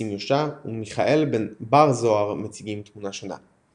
נסים יושע ומיכאל בר-זוהר מציגים תמונה שונה.